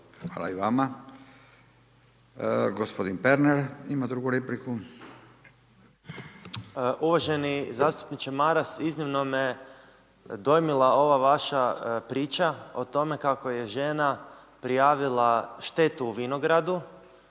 Hvala i vama. Gospodin Pernar ima drugu repliku. **Pernar, Ivan (Živi zid)** Uvaženi zastupniče Maras, iznimno me dojmila ova vaša priča o tome kako je žena prijavila štetu u vinogradu